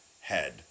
head